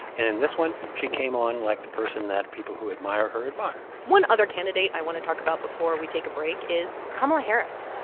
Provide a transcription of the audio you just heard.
and in this one, she came on like the person that people who admire her admire one other candidate i want to talk about before we take a break is kamala harris.